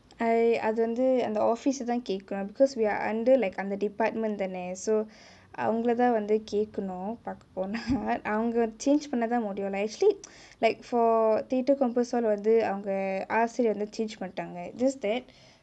I அது வந்து அந்த:athu vanthu antha office சே தா கேக்கனும்:sae thaa kekkanum because we are under like அந்த:antha department தானே:thaanae so அவங்களேதா வந்து கேக்கனும் பாக்க போனா அவங்கே::avangalaethaa vanthu kekkanum paaka ponaa avangae change பண்ண தா முடியுலாம்: panna thaa mudiyulaam actually like for for threatre compass all வந்து அவங்கே ஆசிரியர்:vanthu avangae aasiriyar change பண்ணிட்டாங்கே:pannitanggae just that